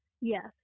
Yes